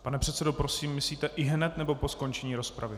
Pane předsedo, prosím, myslíte ihned, nebo po skončení rozpravy?